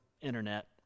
Internet